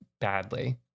badly